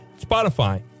Spotify